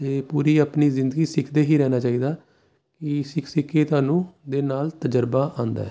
ਅਤੇ ਪੂਰੀ ਆਪਣੀ ਜ਼ਿੰਦਗੀ ਸਿੱਖਦੇ ਹੀ ਰਹਿਣਾ ਚਾਹੀਦਾ ਕੀ ਸਿੱਖ ਸਿੱਖ ਕੇ ਤੁਹਾਨੂੰ ਦੇ ਨਾਲ ਤਜਰਬਾ ਆਉਂਦਾ